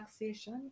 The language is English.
relaxation